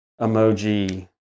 emoji